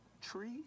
tree